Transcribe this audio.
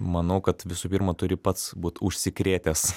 manau kad visų pirma turi pats būt užsikrėtęs